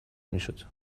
میشد